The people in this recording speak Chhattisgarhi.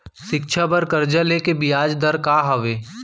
शिक्षा बर कर्जा ले के बियाज दर का हवे?